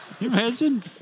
imagine